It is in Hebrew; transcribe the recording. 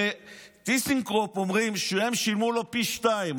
הרי טיסנקרופ אומרים שהם שילמו לו פי שניים.